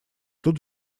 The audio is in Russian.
тут